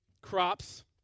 crops